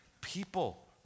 people